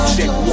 Check